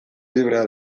librea